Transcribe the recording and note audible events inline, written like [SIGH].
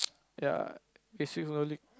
[NOISE] ya